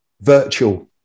virtual